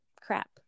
crap